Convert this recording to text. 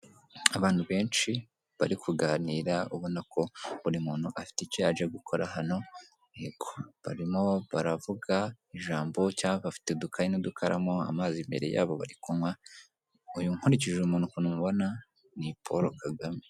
Abantu benshi bari kuganira ubona ko buri muntu afite icyo yaje gukora hano, barimo baravuga ijambo cyangwa bafite udukayi n'udukaramo amazi imbere yabo bari kunywa, nkurikije uyu muntu ukuntu mubona ni Paul Kagame.